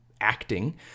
acting